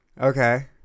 Okay